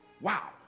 Wow